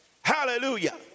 Hallelujah